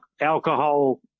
alcohol